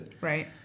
Right